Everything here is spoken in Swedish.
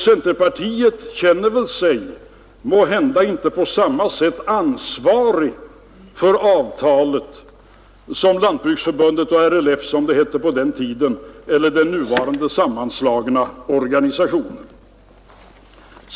Centerpartiet känner väl sig måhända inte på samma sätt ansvarigt för avtalet som Lantbruksförbundet och RLF, som det hette på den tiden, eller den nuvarande sammanslagna organisationen gör.